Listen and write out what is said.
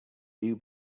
you